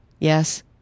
yes